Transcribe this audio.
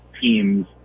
teams